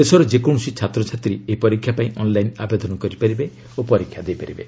ଦେଶର ଯେକୌଣସି ଛାତ୍ରଛାତ୍ରୀ ଏହି ପରୀକ୍ଷା ପାଇଁ ଅନ୍ଲାଇନ୍ ଆବେଦନ କରିପାରିବେ ଓ ପରୀକ୍ଷା ଦେଇପାରିବେ